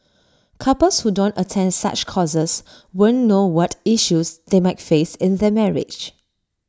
couples who don't attend such courses won't know what issues they might face in their marriage